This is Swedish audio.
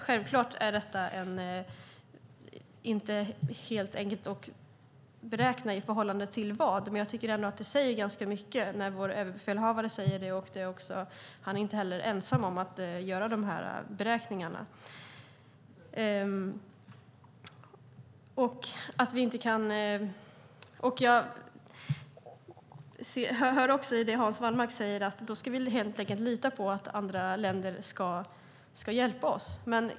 Självfallet är detta inte helt enkelt att beräkna, och man vet inte i förhållande till vad, men jag tycker ändå att det säger ganska mycket när vår överbefälhavare säger det. Och han är inte heller ensam om att göra dessa beräkningar. Jag hör också i det Hans Wallmark säger att vi helt enkelt ska lita på att andra länder ska hjälpa oss.